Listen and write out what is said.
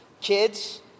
kids